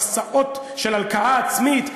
מסעות של הלקאה עצמית,